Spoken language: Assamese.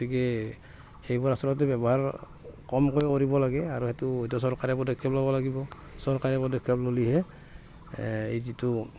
গতিকে সেইবোৰ আচলতে ব্যৱহাৰ কমকৈ কৰিব লাগে আৰু এইটো এইটো চৰকাৰে বোধহয় পদক্ষেপ ল'ব লাগিব চৰকাৰে পদক্ষেপ ল'লেহে এই যিটো